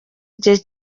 igihe